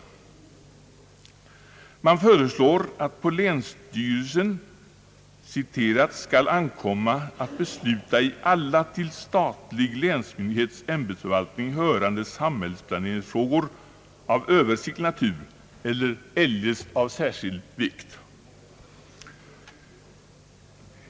I utredningens betänkande föreslås att på länsstyrelsen »skall ankomma att besluta i alla till statlig länsmyndighets ämbetsbefattning hörande samhällsplaneringsfrågor av Översiktlig natur eller eljest av särskild vikt».